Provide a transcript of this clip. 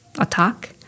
attack